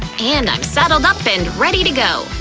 and i'm saddled up and ready to go!